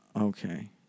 Okay